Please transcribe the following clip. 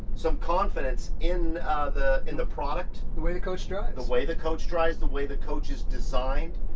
some confidence in the in the product. the way the coach drives. the way the coach drives, the way the coach is designed.